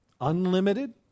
Unlimited